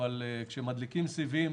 אבל כשמדליקים סיבים,